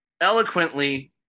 eloquently